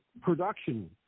production